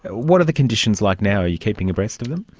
what are the conditions like now? are you keeping abreast of them?